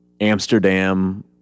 Amsterdam